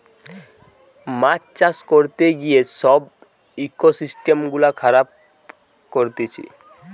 মাছ চাষ করতে গিয়ে সব ইকোসিস্টেম গুলা খারাব করতিছে